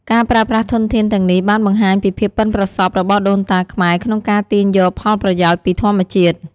ការប្រើប្រាស់ធនធានទាំងនេះបានបង្ហាញពីភាពប៉ិនប្រសប់របស់ដូនតាខ្មែរក្នុងការទាញយកផលប្រយោជន៍ពីធម្មជាតិ។